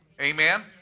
Amen